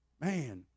Man